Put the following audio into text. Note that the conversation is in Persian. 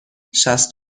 شصت